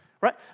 Right